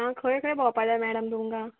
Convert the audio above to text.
आं खंय खंय भोंवपा जाय मॅडम तुमकां